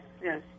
Yes